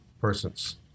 persons